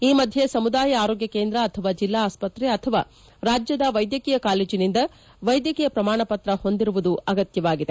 ಈ ಮಧ್ಯೆ ಸುಮುದಾಯ ಆರೋಗ್ಯ ಕೇಂದ್ರ ಅಥವಾ ಜಿಲ್ಲಾ ಆಸ್ಪತ್ರೆ ಅಥವಾ ರಾಜ್ಯದ ವೈದ್ಯಕೀಯ ಕಾಲೇಜಿನಿಂದ ವೈದ್ಯಕೀಯ ಪ್ರಮಾಣಪತ್ರ ಹೊಂದಿರುವುದು ಅಗತ್ಯವಾಗಿದೆ